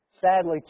Sadly